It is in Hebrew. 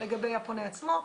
לגבי הפונה עצמו.